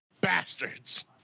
bastards